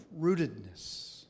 rootedness